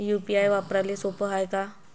UPI वापराले सोप हाय का?